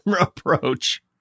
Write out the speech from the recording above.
approach